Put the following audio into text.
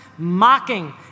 mocking